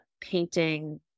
painting